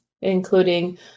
including